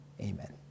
Amen